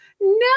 No